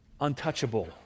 untouchable